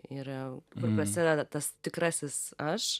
ir kur prasideda tas tikrasis aš